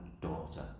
daughter